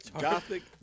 Gothic